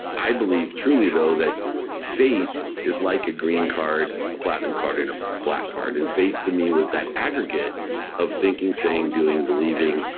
i believe truly, though, that faith is like a green card, a platinum card, and a black card. and faith to me was that aggregate of thinking, saying, doing believing,